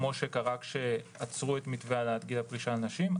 כפי שקרה כאשר עצרו את מתווה העלאת גיל הפרישה לנשים,